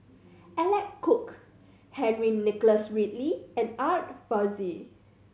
Alec Kuok Henry Nicholas Ridley and Art Fazil